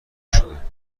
شده